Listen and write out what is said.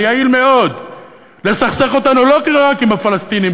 זה יעיל מאוד לסכסך אותנו לא רק עם הפלסטינים,